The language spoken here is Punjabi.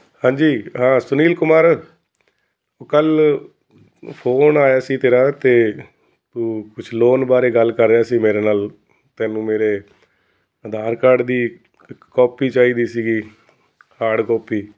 ਹਾਂਜੀ ਸੁਨੀਲ ਕੁਮਾਰ ਕੱਲ੍ਹ ਫੋਨ ਆਇਆ ਸੀ ਤੇਰਾ ਅਤੇ ਤੂੰ ਕੁਛ ਲੋਨ ਬਾਰੇ ਗੱਲ ਕਰ ਰਿਹਾ ਸੀ ਮੇਰੇ ਨਾਲ ਤੈਨੂੰ ਮੇਰੇ ਆਧਾਰ ਕਾਰਡ ਦੀ ਕਾਪੀ ਚਾਹੀਦੀ ਸੀਗੀ ਹਾਰਡ ਕੋਪੀ